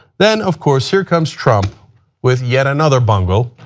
then of course, here comes trump with yet another bungalow.